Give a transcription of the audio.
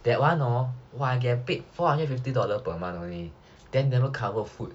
that one hor !wah! I get paid four hundred fifty dollars per month only then never cover food